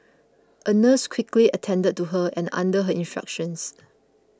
a nurse quickly attended to her and under her instructions